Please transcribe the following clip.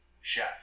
chef